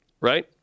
Right